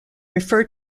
refer